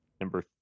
number